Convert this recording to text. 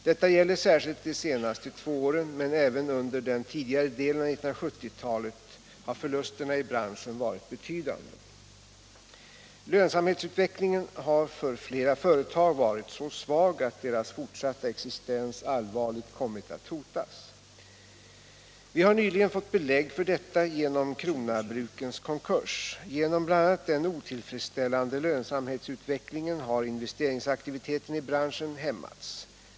Detta gäller särskilt de senaste två åren, men även under den tidigare delen av 1970-talet har förlusterna i branschen varit betydande. Lönsamhetsutvecklingen har för flera företag varit så svag att deras fortsatta existens allvarligt kommit att hotas. Vi har nyligen fått belägg för detta genom Krona-Brukens konkurs. Genom bl.a. den otillfredsställande lönsamhetsutvecklingen har investeringsaktiviteten i branschen hämmats.